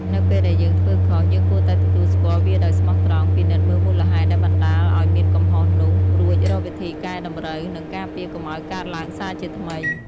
នៅពេលដែលយើងធ្វើខុស យើងគួរតែទទួលស្គាល់វាដោយស្មោះត្រង់ ពិនិត្យមើលមូលហេតុដែលបណ្ដាលឱ្យមានកំហុសនោះ រួចរកវិធីកែតម្រូវ និងការពារកុំឱ្យកើតឡើងសាជាថ្មី។